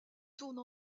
tourne